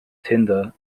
tender